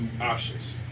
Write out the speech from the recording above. options